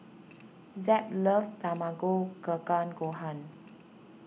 Zeb loves Tamago Kake Gohan